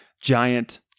giant